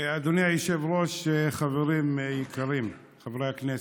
אדוני היושב-ראש, חברים יקרים, חברי הכנסת,